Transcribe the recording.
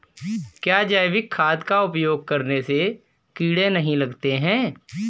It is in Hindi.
क्या जैविक खाद का उपयोग करने से कीड़े नहीं लगते हैं?